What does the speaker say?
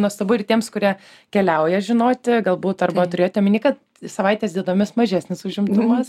nuostabu ir tiems kurie keliauja žinoti galbūt arba turėti omeny kad savaitės dienomis mažesnis užimtumas